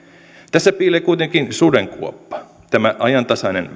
tässä piilee kuitenkin sudenkuoppa tämä ajantasainen